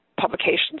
publications